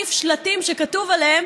להניף שלטים שכתוב עליהם